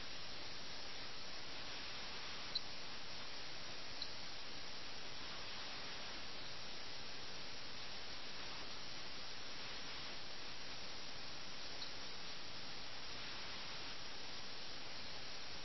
അതിനാൽ ഇതൊരു മനഃശാസ്ത്രപരമായ ക്ലൈമാക്സാണ് പ്രേംചന്ദ് ഈ കഥയിൽ ചെറുകഥയെക്കുറിച്ചുള്ള തന്റെ സിദ്ധാന്തം കൈവരിക്കുന്നു അവിടെ ഈ കഥയിലെ കഥാപാത്രങ്ങളെക്കുറിച്ചുള്ള ഒരു പ്രത്യേക ഉൾക്കാഴ്ച ചൂണ്ടിക്കാണിക്കാൻ വേണ്ടി അദ്ദേഹം സംഭവങ്ങൾ കൊണ്ടുവരുന്നു